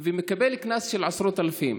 והוא מקבל קנס של עשרות אלפים,